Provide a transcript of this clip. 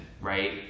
right